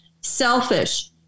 selfish